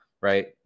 right